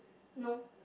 no